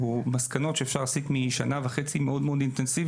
או מסקנות שאפשר להסיק אחרי שנה וחצי מאוד אינטנסיבית